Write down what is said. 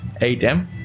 8M